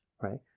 right